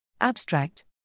Abstract